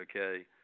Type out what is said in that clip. okay